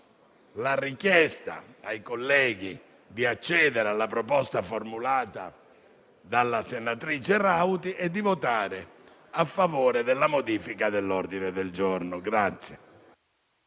la richiesta ai colleghi di accedere alla proposta formulata dalla senatrice Rauti e di votare a favore della modifica del calendario dei